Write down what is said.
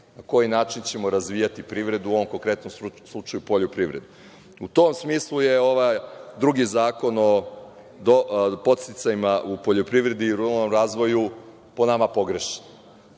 na koji način ćemo razvijati privredu, u ovom konkretnom slučaju poljoprivredu. U tom smislu je ovaj drugi Zakon o podsticajima u poljoprivredi i ruralnom razvoju po nama pogrešan.